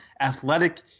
athletic